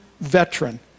veteran